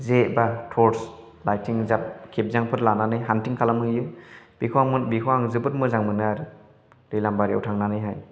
जे एबा तर्च बालथिंजाब खेबजांफोर लानानै हानथिं खालामहैयो बेखौ आङो जोबोर मोजां मोनो आरो दैलां बारियाव थांनानैहाय